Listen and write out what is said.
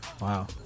Wow